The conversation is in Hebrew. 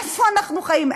איפה אנחנו חיים?